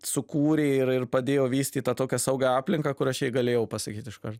sukūrė ir ir padėjo vystyt tą tokią saugią aplinką kur aš jai galėjau pasakyt iškart